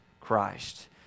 Christ